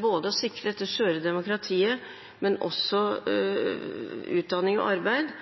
både å sikre dette skjøre demokratiet og også å sikre utdanning og arbeid.